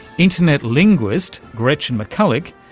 internet linguist gretchen mcculloch,